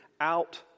Out